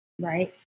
right